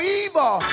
evil